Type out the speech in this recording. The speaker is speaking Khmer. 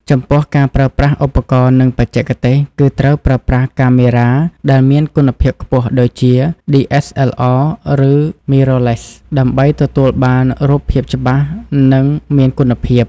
ចំពោះការប្រើប្រាស់ឧបករណ៍ និងបច្ចេកទេស គឺត្រូវប្រើប្រាស់កាមេរ៉ាដែលមានគុណភាពខ្ពស់ដូចជា DSLR ឬ Mirrorless ដើម្បីទទួលបានរូបភាពច្បាស់ និងមានគុណភាព។